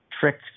tricks